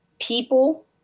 people